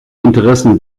interessen